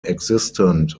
existent